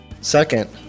Second